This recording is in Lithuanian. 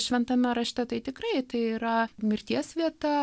šventame rašte tai tikrai tai yra mirties vieta